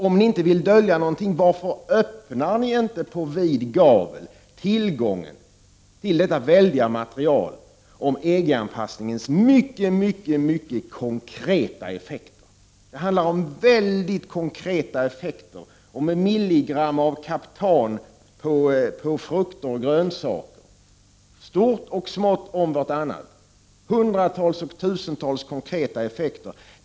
Om ni inte vill dölja någonting, varför öppnar ni inte dörren på vid gavel till detta väldiga material om EG-anpassningens mycket konkreta effekter? Det handlar om mycket konkreta effekter, milligram kaptan på grönsaker och frukter, stort och smått om vartannat, och tusentals andra konkreta effekter.